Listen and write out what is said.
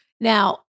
now